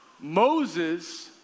Moses